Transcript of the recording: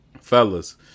fellas